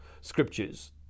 scriptures